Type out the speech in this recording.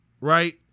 Right